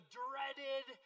dreaded